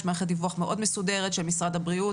יש מערכת דיווח מאוד מסודרת של משרד הבריאות,